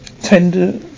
tender